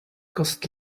cost